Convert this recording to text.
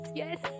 yes